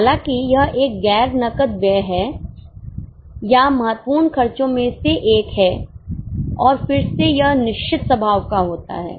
हालांकि यह एक गैर नकद व्यय है या महत्वपूर्ण खर्चों में से एक है और फिर से यह निश्चित स्वभाव का होता है